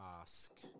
ask